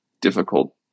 difficult